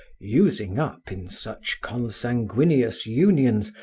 using up, in such consanguineous unions,